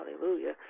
Hallelujah